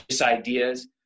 ideas